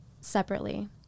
separately